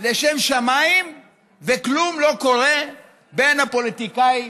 לשם שמיים וכלום לא קורה בין הפוליטיקאי